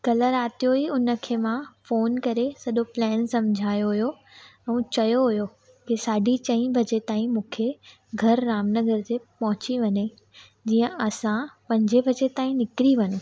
कल्ह राति जो ई हुनखे मां फ़ोन करे सॼो प्लैन सम्झायो हुयो ऐं चयो हुयो की साढी चंई बजे ताईं मूंखे घर रामनगर जे पोहची वञे जीअं असां पंजे वजे ताईं निकिरी वञू